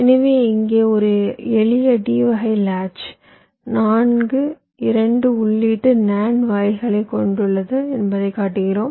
எனவே இங்கே ஒரு எளிய D வகை லாட்ச் 4 இரண்டு உள்ளீட்டு NAND வாயில்களைக் கொண்டுள்ளது என்பதைக் காட்டுகிறோம்